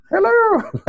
Hello